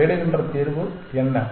நான் தேடுகின்ற தீர்வு என்ன